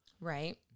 Right